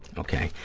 okay,